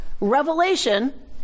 Revelation